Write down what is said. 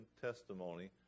testimony